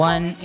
One